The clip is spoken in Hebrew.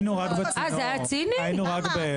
למה?